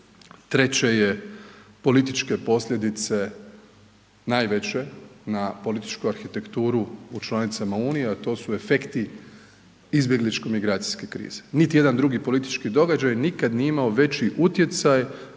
Treće je političke posljedice najveće na političku arhitekturu u članicama Unije, a to su efekti izbjegličko-migracijske krize. Niti jedan drugi politički događaj nikada nije imao veći utjecaj